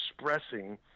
expressing